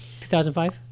2005